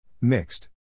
Mixed